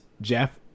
Jeff